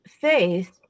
faith